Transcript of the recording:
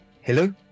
hello